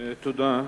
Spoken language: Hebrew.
תודה.